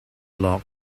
log